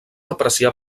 apreciar